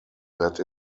that